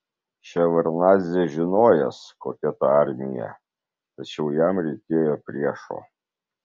ševardnadzė žinojęs kokia ta armija tačiau jam reikėjo priešo